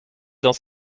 dans